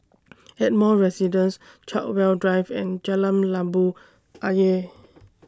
Ardmore Residence Chartwell Drive and Jalan Labu Ayer